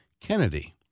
Kennedy